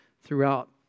throughout